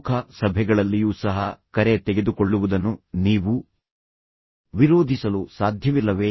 ಪ್ರಮುಖ ಸಭೆಗಳಲ್ಲಿಯೂ ಸಹ ಕರೆ ತೆಗೆದುಕೊಳ್ಳುವುದನ್ನು ನೀವು ವಿರೋಧಿಸಲು ಸಾಧ್ಯವಿಲ್ಲವೇ